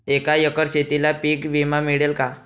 एका एकर शेतीला पीक विमा मिळेल का?